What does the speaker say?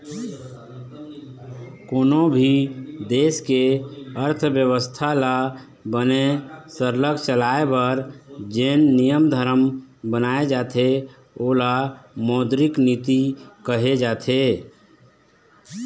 कोनों भी देश के अर्थबेवस्था ल बने सरलग चलाए बर जेन नियम धरम बनाए जाथे ओला मौद्रिक नीति कहे जाथे